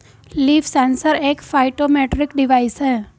leaf sensor एक phytometric device है